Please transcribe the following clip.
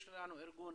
יש לנו ארגון